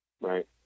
right